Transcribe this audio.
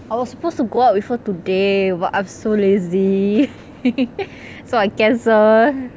I was supposed to go out with her today but I'm so lazy so I cancelled